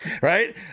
right